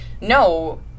no